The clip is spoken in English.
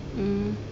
mm